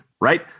right